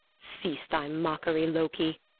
cease thy mockery, loki,